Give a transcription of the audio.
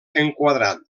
enquadrat